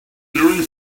hearing